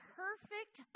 perfect